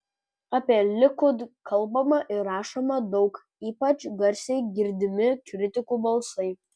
apie likud kalbama ir rašoma daug ypač garsiai girdimi kritikų balsai